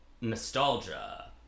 nostalgia